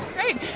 great